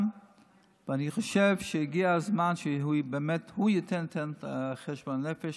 ואני חושב שהגיע הזמן שהוא באמת יעשה את חשבון הנפש,